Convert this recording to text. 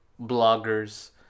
bloggers